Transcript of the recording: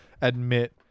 admit